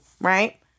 Right